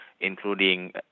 including